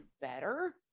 better